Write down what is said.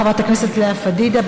חברת הכנסת לאה פדידה,